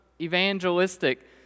evangelistic